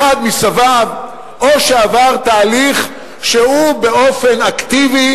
אחד מסביו או שעבר תהליך שהוא באופן אקטיבי